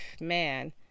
man